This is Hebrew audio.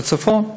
בצפון.